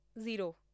zero